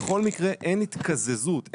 בכל מקרה, אין התקזזות.